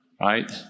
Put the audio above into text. right